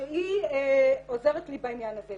שהיא עוזרת לי בעניין הזה.